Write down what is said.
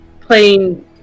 playing